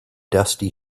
dusty